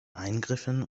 eingriffen